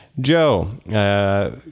Joe